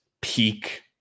peak